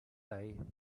day